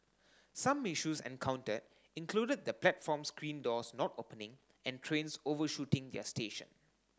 some issues encountered included the platform screen doors not opening and trains overshooting their station